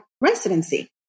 residency